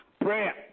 prayer